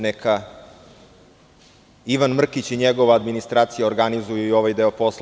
Neka Ivan Mrkić i njegova administracija organizuju ovaj deo posla.